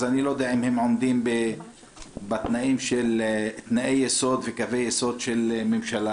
אז אני לא יודע אם הם עומדים בתנאי יסוד וקווי יסוד של ממשלה.